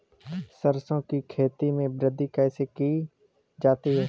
सरसो की खेती में वृद्धि कैसे की जाती है?